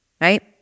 right